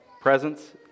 presence